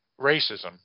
racism